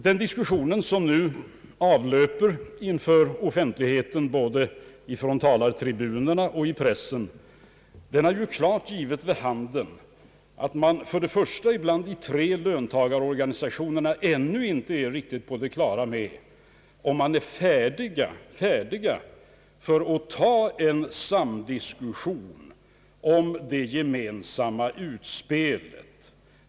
Den diskussion som nu försiggår inför offentligheten både från talartribuner och i pressen har klart givit vid handen, att de tre löntagarorganisationerna ännu inte är färdiga att ta upp en samdiskussion om ett gemensamt utspel.